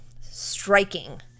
striking